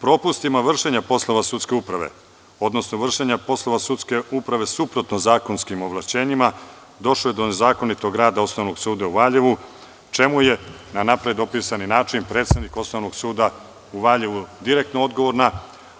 Propustima vršenja poslova sudske uprave, odnosno vršenja poslova sudske uprave suprotno zakonskim ovlašćenjima, došlo je do nezakonitog rada Osnovnog suda u Valjevu, čemu je na napred opisani način predsednik Osnovnog suda u Valjevu direktno odgovorna,